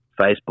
Facebook